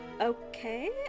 Okay